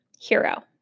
hero